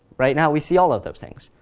right now we see all of those things.